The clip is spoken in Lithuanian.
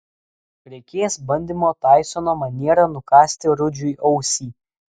reikės bandymo taisono maniera nukąsti rudžiui ausį